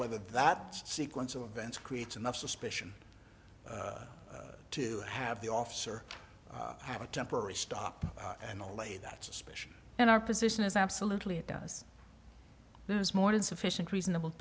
whether that sequence of events creates enough suspicion to have the officer have a temporary stop and the way that suspicion and our position is absolutely it does there's more than sufficient reasonable